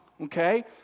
Okay